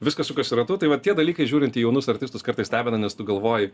viskas sukasi ratu tai va tie dalykai žiūrint į jaunus artistus kartais stebina nes tu galvoji